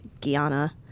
Guiana